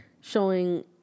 showing